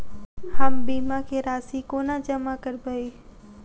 हम बीमा केँ राशि कोना जमा करबै?